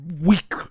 weak